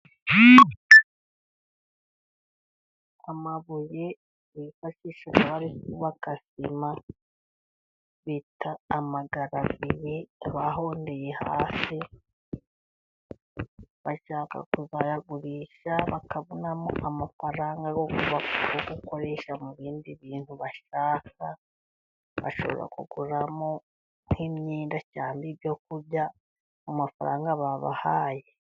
Amabuye bifashishwa bari kubaka sima bita amagaraviye bahondeye hasi, barayagurisha bakabonamo amafaranga yo gulykoresha mu bindi bintu bashaka, bashobora kuguramo nk'imyenda cyangwa ibyo kurya mu mafaranga babahaye.